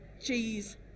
cheese